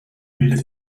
bildet